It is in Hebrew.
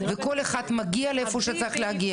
וכל אחד מגיע לאיפה שהוא צריך להגיע.